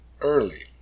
early